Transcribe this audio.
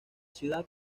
ciudad